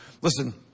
Listen